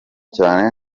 cyane